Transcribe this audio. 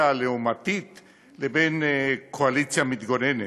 הלעומתית לבין קואליציה מתגוננת,